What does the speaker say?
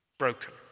broken